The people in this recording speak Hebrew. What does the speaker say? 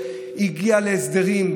הגיע להסדרים,